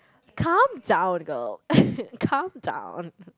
calm down girl calm down